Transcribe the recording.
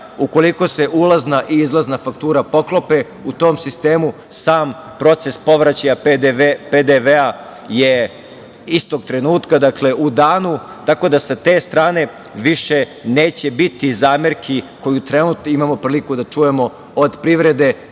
ukoliko se ulazna i izvozna faktura poklope u tom sistemu sam proces povraćaja PDV-a je istog trenutka, dakle u danu. Tako da, sa te strane više neće biti zamerki koje trenutno imamo priliku da čujemo od privrede,